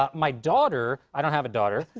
ah my daughter i don't have a daughter.